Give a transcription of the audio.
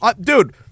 Dude